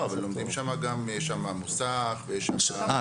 לומדים שם עוד, יש שם גם מוסך, יש --- כן?